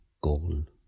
golden